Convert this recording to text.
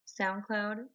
SoundCloud